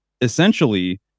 essentially